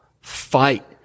fight